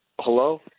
Hello